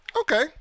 Okay